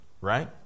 Right